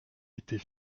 était